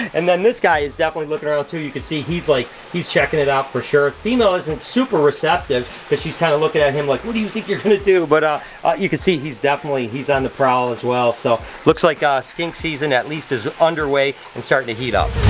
and then this guy is definitely looking around too. you can see he's like he's checking it out, for sure. female isn't super receptive, cause she's kind of looking at him like, what do you think you're gonna do? but you can see he's definitely, he's on the prowl as well. so, looks like ah skink season at least is underway and starting to heat up.